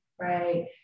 Right